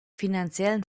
finanziellen